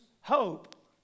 hope